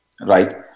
right